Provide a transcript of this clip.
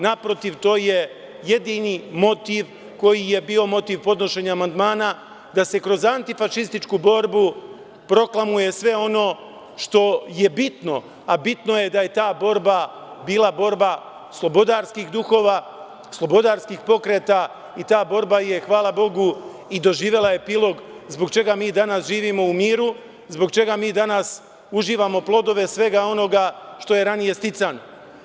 Naprotiv, to je jedini motiv koji je bio motiv podnošenja amandmana, da se kroz antifašističku borbu proklamuje sve ono što je bitno, a bitno je da je ta borba bila borba slobodarskih duhova, slobodarskih pokreta i ta borba je, hvala Bogu, i doživela epilog zbog čega mi danas živimo u miru, zbog čega mi danas uživamo plodove svega onoga što je ranije sticano.